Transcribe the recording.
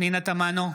פנינה תמנו,